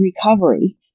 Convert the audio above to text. recovery